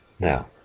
Now